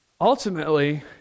ultimately